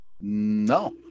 No